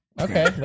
Okay